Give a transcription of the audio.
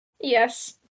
Yes